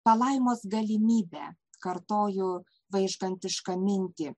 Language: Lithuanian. palaimos galimybė kartoju vaižgantišką mintį